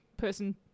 person